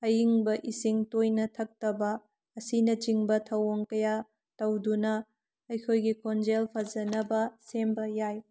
ꯑꯏꯪꯕ ꯏꯁꯤꯡ ꯇꯣꯏꯅ ꯊꯛꯇꯕ ꯑꯁꯤꯅꯆꯤꯡꯕ ꯊꯧꯑꯣꯡ ꯀꯌꯥ ꯇꯧꯗꯨꯅ ꯑꯩꯈꯣꯏꯒꯤ ꯈꯣꯟꯖꯦꯜ ꯐꯖꯅꯕ ꯁꯦꯝꯕ ꯌꯥꯏ